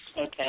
Okay